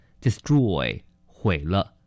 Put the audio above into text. Destroy,毁了